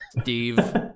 Steve